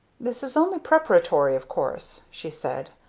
this is only preparatory, of course, she said.